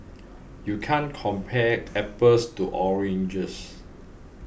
you can't compare apples to oranges